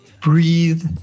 breathe